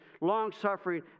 long-suffering